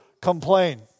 complain